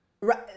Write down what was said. right